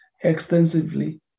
extensively